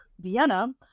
vienna